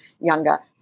younger